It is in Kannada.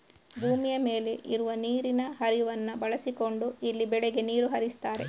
ಭೂಮಿಯ ಮೇಲೆ ಇರುವ ನೀರಿನ ಹರಿವನ್ನ ಬಳಸಿಕೊಂಡು ಇಲ್ಲಿ ಬೆಳೆಗೆ ನೀರು ಹರಿಸ್ತಾರೆ